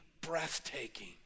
breathtaking